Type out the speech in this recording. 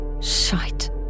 Shite